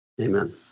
Amen